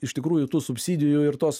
iš tikrųjų tų subsidijų ir tos